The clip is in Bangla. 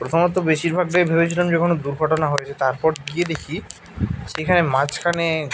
প্রথমত বেশিরভাগটাই ভেবেছিলাম যে কোনো দুর্ঘটনা হয়েছে তারপর গিয়ে দেখি সেখানে মঝখানে